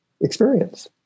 experience